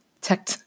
tech